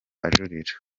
ajurira